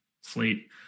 slate